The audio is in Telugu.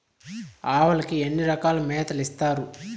ఆవులకి ఎన్ని రకాల మేతలు ఇస్తారు?